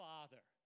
Father